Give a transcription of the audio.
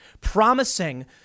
promising